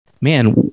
man